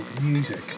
music